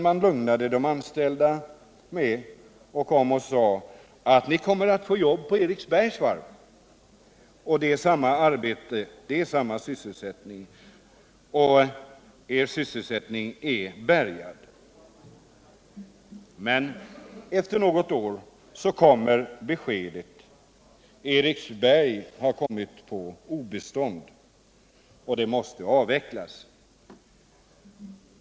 Man lugnade de anställda med löften om jobb på Eriksbergs varv, vilket skulle innebära samma sysselsättning. Men efter något år kom beskedet: Eriksberg har kommit på obestånd och måste avvecklas.